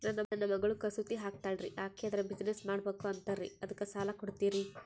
ನನ್ನ ಮಗಳು ಕಸೂತಿ ಹಾಕ್ತಾಲ್ರಿ, ಅಕಿ ಅದರ ಬಿಸಿನೆಸ್ ಮಾಡಬಕು ಅಂತರಿ ಅದಕ್ಕ ಸಾಲ ಕೊಡ್ತೀರ್ರಿ?